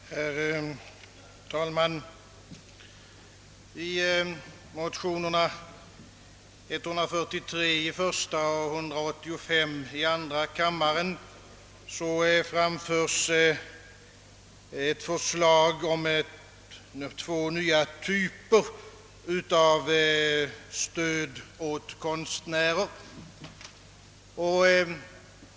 Herr talman! I motionerna 1: 143 och II: 185 föreslås två nya typer av stöd åt konstnärer.